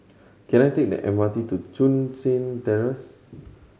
can I take the M R T to Chun Tin Terrace